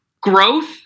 Growth